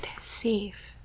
safe